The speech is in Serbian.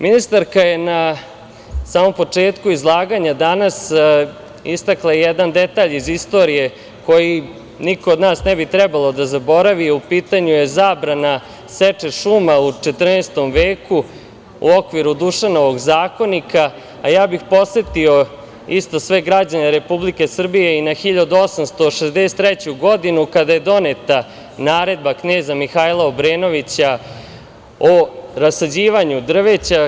Ministarka je na samom početku izlaganja danas istakla jedan detalj iz istorije, koji niko od nas ne bi trebalo da zaboravi, u pitanju je zabrana seče šuma u 14. veku u okviru Dušanovog zakonika, a ja bih podsetio isto sve građane Republike Srbije i na 1863. godinu, kada je doneta naredba kneza Mihajla Obrenovića o rasađivanju drveća.